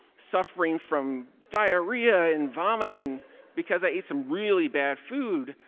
suffering from diarrhea and vomiting because i ate some really bad food,